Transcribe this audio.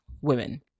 women